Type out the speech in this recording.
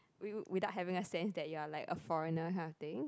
wi~ without having a sense that you are like a foreigner kind of thing